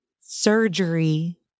surgery